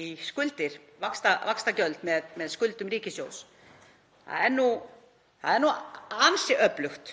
að greiða vaxtagjöld af skuldum ríkissjóðs. Það er ansi öflugt